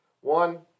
One